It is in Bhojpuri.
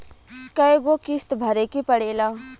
कय गो किस्त भरे के पड़ेला?